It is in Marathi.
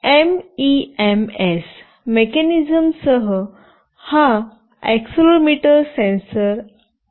एमईएमएस मेकॅनिझमसह हा अॅक्सिलरोमीटर सेन्सर आहे